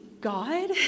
God